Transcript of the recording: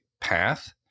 path